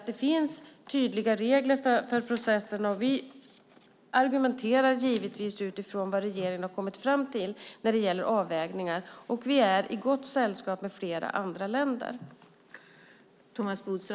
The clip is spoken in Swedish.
Det finns tydliga regler för processen. Vi argumenterar givetvis utifrån vad regeringen har kommit fram till när det gäller avvägningar. Vi är i gott sällskap med flera andra länder.